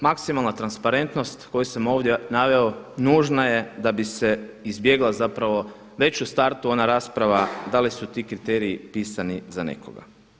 Maksimalna transparentnost koju sam ovdje naveo nužna je da bi se izbjegla već u startu ona rasprava da li su ti kriteriji pisani za nekoga.